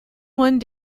one